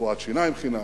ברפואת שיניים חינם,